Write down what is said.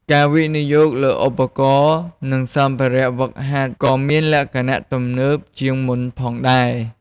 ការវិនិយោគលើឧបករណ៍ និងសម្ភារៈហ្វឹកហាត់ក៏មានលក្ខណៈទំនើបជាងមុនផងដែរ។